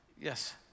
Yes